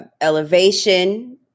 elevation